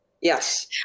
yes